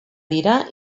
dira